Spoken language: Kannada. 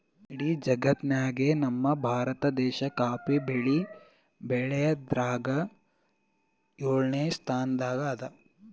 ಇಡೀ ಜಗತ್ತ್ನಾಗೆ ನಮ್ ಭಾರತ ದೇಶ್ ಕಾಫಿ ಬೆಳಿ ಬೆಳ್ಯಾದ್ರಾಗ್ ಯೋಳನೆ ಸ್ತಾನದಾಗ್ ಅದಾ